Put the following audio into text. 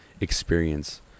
experience